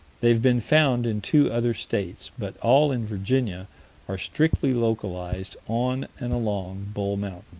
they have been found in two other states, but all in virginia are strictly localized on and along bull mountain.